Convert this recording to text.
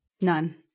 None